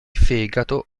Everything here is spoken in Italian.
fegato